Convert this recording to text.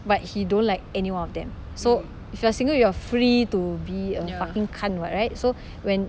but he don't like anyone of them so if you're single you're free to be a fucking cunt [what] right so when